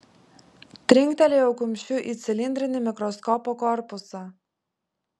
trinktelėjau kumščiu į cilindrinį mikroskopo korpusą